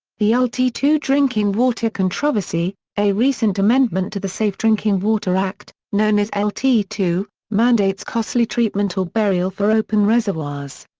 the l t two drinking water controversy a recent amendment to the safe drinking water act, known as l t two, mandates costly treatment or burial for open reservoirs.